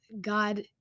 God